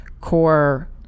core